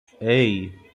hey